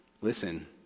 Listen